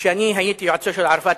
כשאני הייתי יועצו של ערפאת,